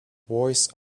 voice